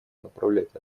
направлять